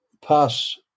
pass